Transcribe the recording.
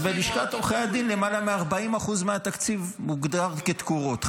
אז בלשכת עורכי הדין למעלה מ-40% מהתקציב מוגדר כתקורות.